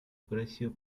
precio